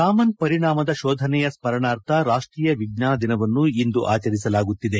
ರಾಮನ್ ಪರಿಣಾಮದ ಶೋಧನೆಯ ಸ್ಮರಣಾರ್ಥ ರಾಷ್ಟೀಯ ವಿಜ್ಞಾನ ದಿನವನ್ನು ಇಂದು ಆಚರಿಸಲಾಗುತ್ತಿದೆ